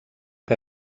que